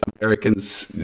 Americans